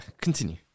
continue